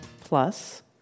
Plus